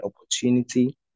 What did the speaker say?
opportunity